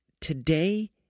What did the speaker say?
today